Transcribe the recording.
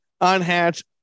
unhatched